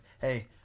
hey